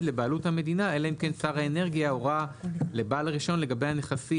לבעלות המדינה אלא אם כן שר האנרגיה הורה לבעל הרישיון לגבי הנכסים,